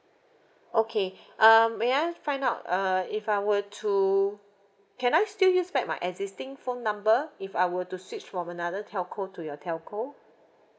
okay um may I find out uh if I were to can I still use back my existing phone number if I were to switch from another telco to your telco